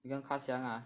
你跟 ka xiang ah